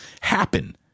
happen